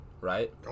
Right